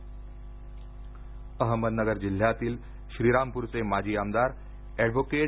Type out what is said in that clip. निधन अहमदनगर जिल्ह्यातील श्रीरामपूरचे माजी आमदार एडवोकेट